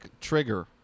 trigger